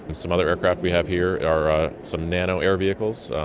some other aircraft we have here are some nano air vehicles.